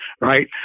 right